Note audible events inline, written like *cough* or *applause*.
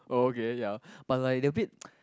oh okay ya but like they're a bit *noise*